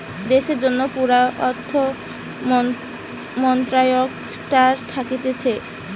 দেশের জন্যে পুরা অর্থ মন্ত্রালয়টা থাকছে